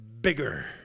bigger